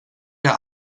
der